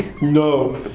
No